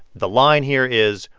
the line here is,